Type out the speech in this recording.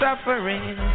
suffering